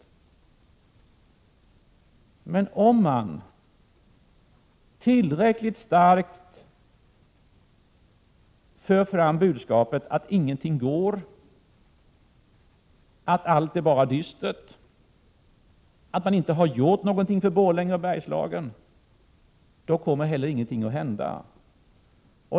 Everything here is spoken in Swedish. Om man emellertid tillräckligt starkt för fram budskapet att ingenting går, att allt är dystert och att man inte har gjort något för Borlänge och Bergslagen, då kommer inte heller någonting att hända.